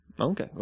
Okay